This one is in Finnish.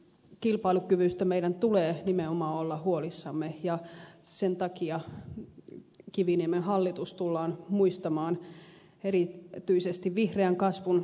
kilpailukyvystä meidän tulee nimenomaan olla huolissamme ja sen takia kiviniemen hallitus tullaan muistamaan erityisesti vihreän kasvun alkuunsaattajana